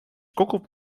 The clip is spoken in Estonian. kogub